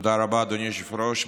תודה רבה, אדוני היושב-ראש.